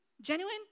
genuine